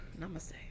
namaste